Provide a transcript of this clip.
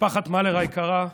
משפחת מלר היקרה,